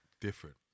Different